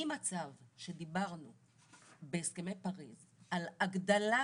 ממצב שבו דיברנו בהסכמי פריז על הגדלה